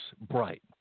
bright